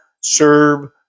serve